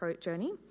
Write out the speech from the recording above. journey